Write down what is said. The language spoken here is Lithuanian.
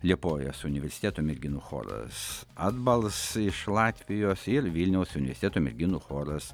liepojos universiteto merginų choras atbals iš latvijos ir vilniaus universiteto merginų choras